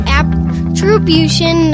attribution